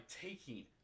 taking